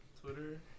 twitter